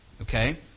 okay